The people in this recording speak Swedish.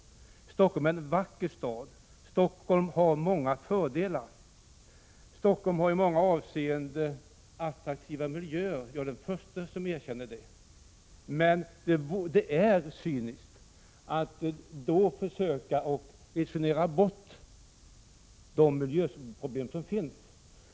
Stockholm är en vacker stad, Stockholm har många fördelar, Stockholm har i många avseenden attraktiva miljöer — jag är den förste att erkänna det. Men det är alltså cyniskt att försöka resonera bort de miljöproblem som finns.